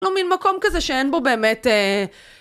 או מין מקום כזה שאין בו באמת אההה